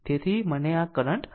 તેથી અને આ કરંટ 0